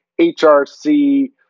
HRC